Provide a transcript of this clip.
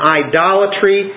idolatry